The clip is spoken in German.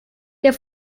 der